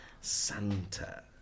Santa